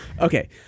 Okay